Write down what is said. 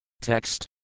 Text